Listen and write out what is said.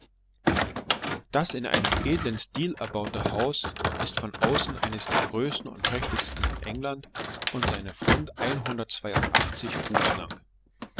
das in einem edlen stil erbaute haus ist von außen eines der größten und prächtigsten in england und seine front einhundertzweiundachtzig fuß lang